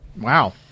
Wow